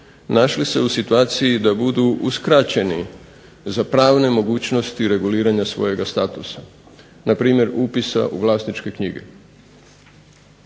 našli se u situaciji da budu uskraćeni za pravne mogućnosti reguliranja svog statusa, npr. upisa u vlasničke knjige.